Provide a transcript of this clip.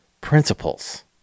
principles